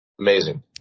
Amazing